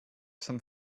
some